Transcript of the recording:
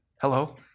Hello